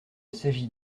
s’agit